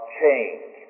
change